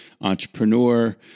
entrepreneur